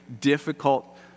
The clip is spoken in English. difficult